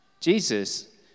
Jesus